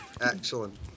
Excellent